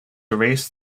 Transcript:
erased